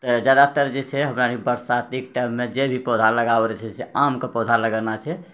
तऽ जादातर जे छै हमरा बरसातिक टाइम मे जे भी पौधा लगाबरऽ छै आम के पौधा लगाना छै